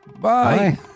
Bye